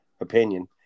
opinion